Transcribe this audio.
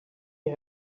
you